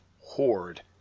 horde